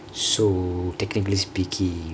so technically speakingk